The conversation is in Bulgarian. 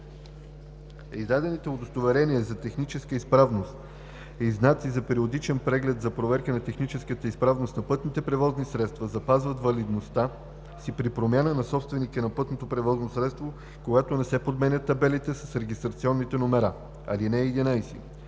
Издадените удостоверения за техническа изправност и знаци за периодичен преглед за проверка на техническата изправност на пътни превозни средства запазват валидността си при промяна на собственика на пътното превозно средство, когато не се подменят табелите с регистрационните номера. (11)